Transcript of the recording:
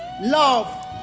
love